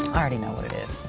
already know what it is.